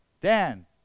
Dan